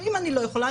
ואם אני לא יכולה,